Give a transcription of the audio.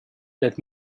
let